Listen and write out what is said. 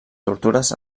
tortures